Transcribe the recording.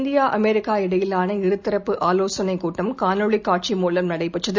India America இடையிலான இருதரப்பு ஆலோசனைகூட்டம் காணொளிகாட்சி மூலம் நடைபெற்றது